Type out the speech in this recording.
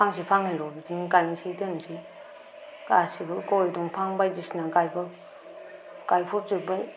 फांसे फांनैल' बिदिनो गायनोसै दोननोसै गासैबो गय दंफां बायदिसना गायहरजोब्बाय